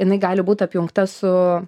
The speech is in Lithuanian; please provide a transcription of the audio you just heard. jinai gali būt apjungta su